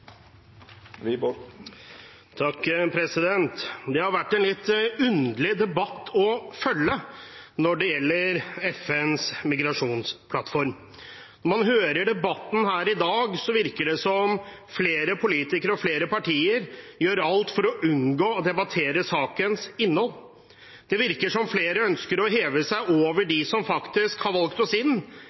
Det har vært en litt underlig debatt å følge når det gjelder FNs migrasjonsplattform. Når man hører debatten her i dag, virker det som om flere politikere og flere partier gjør alt for å unngå å debattere sakens innhold. Det virker som om flere ønsker å heve seg over dem som faktisk har valgt oss inn,